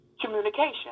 communication